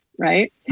right